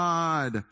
God